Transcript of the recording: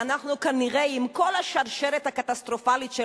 ואנחנו כנראה עם כל השרשרת הקטסטרופלית של